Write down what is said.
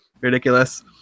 ridiculous